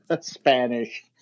Spanish